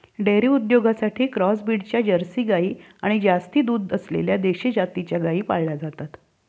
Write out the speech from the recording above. dairy उद्योगासाठी cross ब्रीडच्या Jersey गाई आणि जास्त दूध असलेल्या देशी जातीच्या गायी पाळल्या जातात